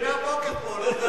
אני מהבוקר פה,